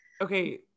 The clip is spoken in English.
okay